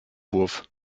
wurf